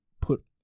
put